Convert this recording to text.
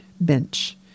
bench